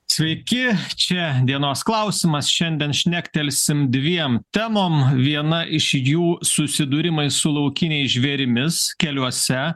sveiki čia dienos klausimas šiandien šnektelsim dviem temom viena iš jų susidūrimai su laukiniais žvėrimis keliuose